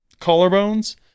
collarbones